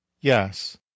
Yes